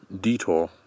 detour